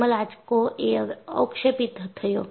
thermal આંચકો એ અવક્ષેપિત થયો